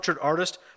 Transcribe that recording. artist